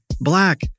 black